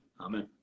Amen